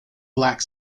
black